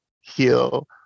heal